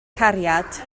cariad